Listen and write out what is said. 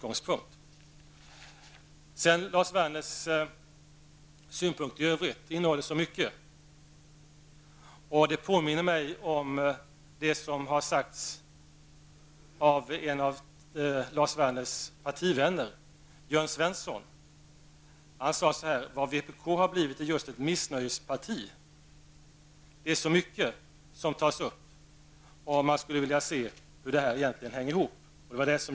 Lars Werners synpunkter i övrigt innehåller så mycket. Det påminner om vad som har yttrats av en av Lars Werners partivänner, Jörn Svensson. Denne sade att vpk har blivit ett missnöjesparti. Det är så mycket som tas upp, och man skulle vilja se hur det hela egentligen hänger ihop.